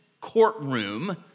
courtroom